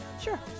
Sure